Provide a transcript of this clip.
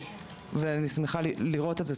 ואני שמחה לראות את זה.